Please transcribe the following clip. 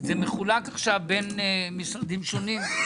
זה מחולק עכשיו בין משרדים שונים.